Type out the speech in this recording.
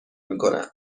میکنم